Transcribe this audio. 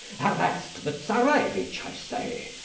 arrest the czarevitch, i say!